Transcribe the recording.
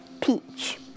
peach